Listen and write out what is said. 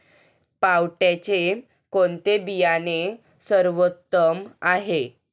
पावट्याचे कोणते बियाणे सर्वोत्तम आहे?